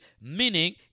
meaning